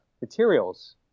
materials